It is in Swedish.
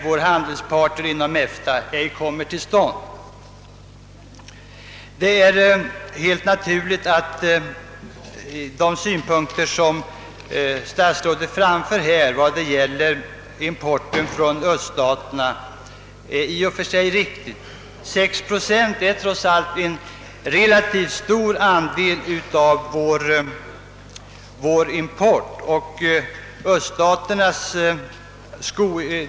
Självfallet är de synpunkter som statsrådet framför beträffande importen från öststaterna i och för sig riktiga. Men 6 procent är trots allt en relativt stor andel av vår import.